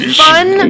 fun